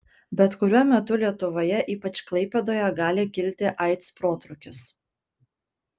bet kuriuo metu lietuvoje ypač klaipėdoje gali kilti aids protrūkis